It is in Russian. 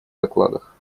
докладах